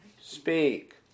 speak